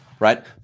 right